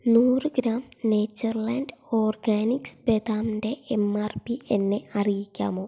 നൂറ് gram nature land organics ബദാമിന്റെ M R P എന്നെ അറിയിക്കാമോ